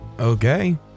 Okay